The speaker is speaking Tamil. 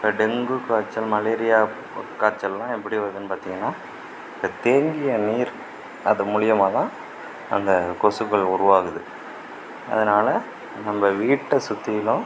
டெங்கு காய்ச்சல் மலேரியா ப காய்ச்செல்லாம் எப்படி வருதுன்னு பார்த்தீங்கன்னா தேங்கிய நீர் அது மூலியுமாக தான் அந்த கொசுக்கள் உருவாகுது அதனால் நம்ப வீட்டை சுற்றிலும்